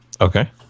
Okay